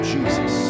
Jesus